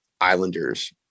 Islanders